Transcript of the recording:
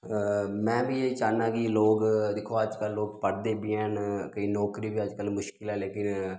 मै बी एह् चाहन्ना कि लोक दिक्खो अज्जकल लोक पढ़दे बी हैन केईं नौकरी बी अज्जकल मुश्कल ऐ लेकिन